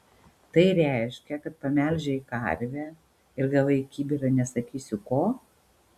tai reiškia kad pamelžei karvę ir gavai kibirą nesakysiu ko